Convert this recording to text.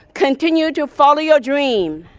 continue to follow your dream.